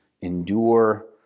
endure